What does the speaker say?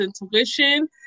Intuition